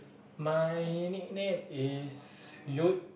my nickname is Yut